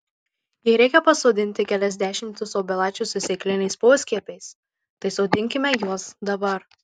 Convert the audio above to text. jei reikia pasodinti kelias dešimtis obelaičių su sėkliniais poskiepiais tai sodinkime juos dabar